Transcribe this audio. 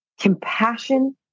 compassion